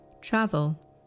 Travel